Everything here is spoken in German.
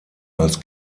als